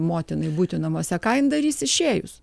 motinai būti namuose ką jin darys išėjus